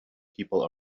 people